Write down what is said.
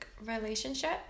relationship